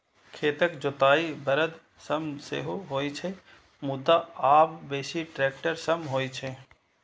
खेतक जोताइ बरद सं सेहो होइ छै, मुदा आब बेसी ट्रैक्टर सं होइ छै